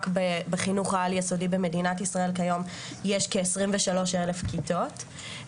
רק בחינוך העל יסודי במדינת ישראל כיום יש כ-23 אלף כיתות,